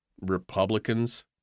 Republicans